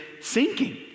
sinking